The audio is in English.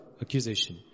accusation